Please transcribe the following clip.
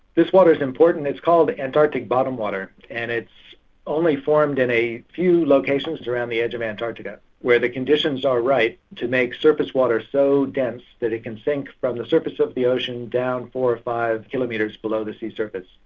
this water's important. it's called antarctic bottom water, and it's only formed in a few locations around the edge of antarctica where the conditions are right to make surface water so dense that it can sink from the surface of the ocean down four or five kilometres below the sea surface.